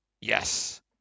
Yes